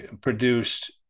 produced